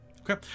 Okay